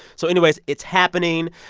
so, anyways, it's happening,